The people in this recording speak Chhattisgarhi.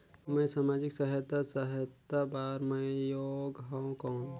मैं समाजिक सहायता सहायता बार मैं योग हवं कौन?